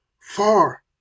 far